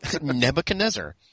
Nebuchadnezzar